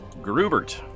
Grubert